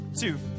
Two